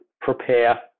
prepare